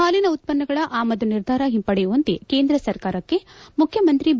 ಹಾಲಿನ ಉತ್ತನ್ನಗಳ ಆಮದು ನಿರ್ಧಾರ ಹಿಂಪಡೆಯುವಂತೆ ಕೇಂದ್ರ ಸರ್ಕಾರಕ್ಷೆ ಮುಖ್ಯಮಂತ್ರಿ ಬಿ